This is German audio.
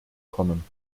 kommen